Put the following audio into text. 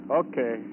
okay